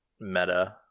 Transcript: meta